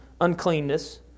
uncleanness